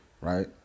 Right